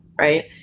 right